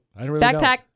Backpack